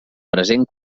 present